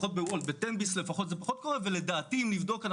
בוולט בתן ביס זה פחות קורה ולדעתי אם נבדוק,